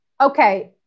okay